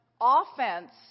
offense